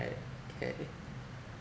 right K